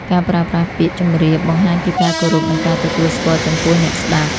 ការប្រើប្រាស់ពាក្យ ជម្រាប បង្ហាញពីការគោរព និងការទទួលស្គាល់ចំពោះអ្នកស្ដាប់។